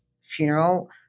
funeral